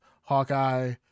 Hawkeye